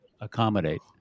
accommodate